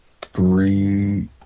three